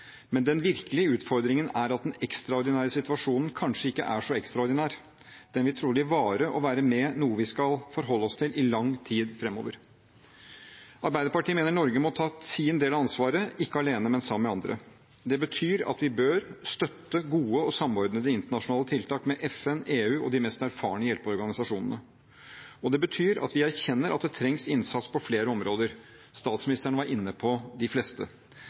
Men den virkelige utfordringen er at den ekstraordinære situasjonen kanskje ikke er så ekstraordinær. Den vil trolig vare og være noe vi skal forholde oss til i lang tid fremover. Arbeiderpartiet mener Norge må ta sin del av ansvaret – ikke alene, men sammen med andre. Det betyr at vi bør støtte gode og samordnede internasjonale tiltak med FN, EU og de mest erfarne hjelpeorganisasjonene, og det betyr at vi erkjenner at det trengs innsats på flere områder. Statsministeren var inne på de fleste.